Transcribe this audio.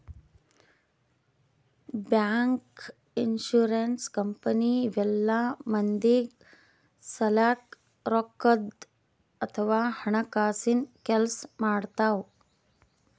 bank, insurance company ಇವೆಲ್ಲ ಮಂದಿಗ್ ಸಲ್ಯಾಕ್ ರೊಕ್ಕದ್ ಅಥವಾ ಹಣಕಾಸಿನ್ ಕೆಲ್ಸ್ ಮಾಡ್ತವ್